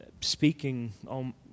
speaking